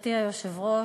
גברתי היושבת-ראש,